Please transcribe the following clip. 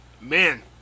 Man